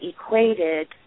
equated